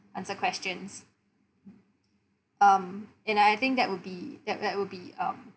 answer questions um and and I think that would be that that would be um